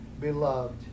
beloved